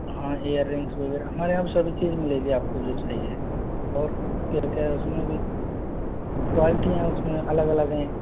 हाँ ईयररिंग्स वगैरह हमारे यहाँ सभी चीज़ मिलेंगी आपको जो चाहिए और क्या क्या उसमें भी क्वालिटीयाँ उसमें अलग अलग हैं